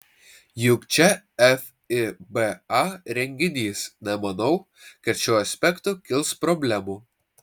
juk čia fiba renginys nemanau kad šiuo aspektu kils problemų